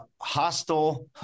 hostile